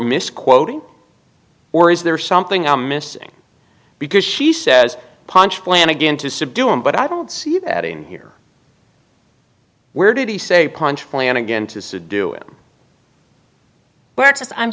misquoting or is there something i'm missing because she says punch plan again to subdue him but i don't see that in here where did he say punch plan again to